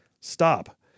Stop